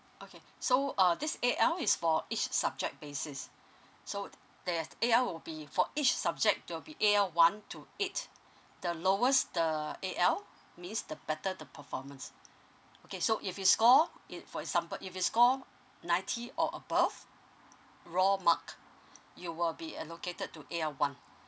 okay so uh this A_L is for each subject basis so there's A_L will be for each subject there'll be A_L one to eight the lowest the A_L means the better the performance okay so if you score it for example if you score ninety or above raw mark you will be allocated to A_L one